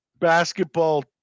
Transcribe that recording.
basketball